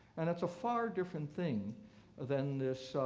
and it's a far different thing than this.